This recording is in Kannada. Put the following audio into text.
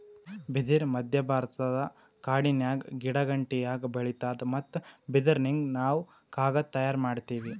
ಬಿದಿರ್ ಮಧ್ಯಭಾರತದ ಕಾಡಿನ್ಯಾಗ ಗಿಡಗಂಟಿಯಾಗಿ ಬೆಳಿತಾದ್ ಮತ್ತ್ ಬಿದಿರಿನಿಂದ್ ನಾವ್ ಕಾಗದ್ ತಯಾರ್ ಮಾಡತೀವಿ